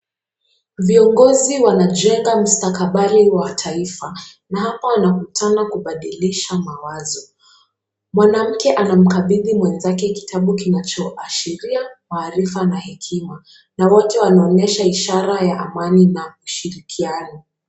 Viongozi wanajenga mstakabali wa taifa na hapa wanakutana kubadilisha mawazo, mwanamke anamkabidhi mwenzake kitabu kinachoashiria maharifa na hekima na wote wanaonyesha ishara ya Amani na ushirikiano